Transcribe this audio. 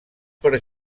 per